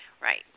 Right